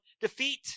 defeat